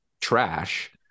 trash